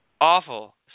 awful